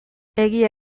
egia